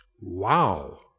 Wow